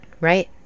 Right